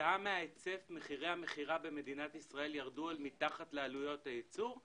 כתוצאה מההיצף מחירי המכירה במדינת ישראל ירדו אל מתחת לעלויות הייצור.